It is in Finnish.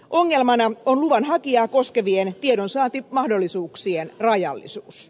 ongelmana on luvanhakijaa koskevien tiedonsaantimahdollisuuksien rajallisuus